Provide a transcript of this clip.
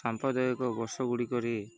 ସାମ୍ପ୍ରଦାୟିକ ବର୍ଷଗୁଡ଼ିକରେ